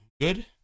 good